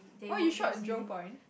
oh you shop at Jurong-Point